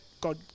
God